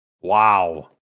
Wow